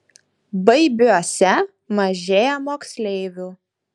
baibiuose mažėja moksleivių